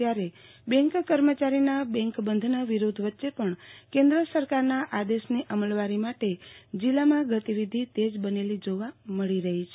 ત્યારે બેંન્ક કર્મચારીના બેંક બંધના વિરોધ વચ્ચે કન્દ્ર સરકારના આદેશની અમલવારી માટે જિલ્લામાં ગતિવિધી તેજ બનેલી જોવા મળી છે